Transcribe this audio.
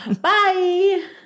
Bye